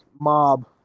Mob